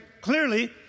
clearly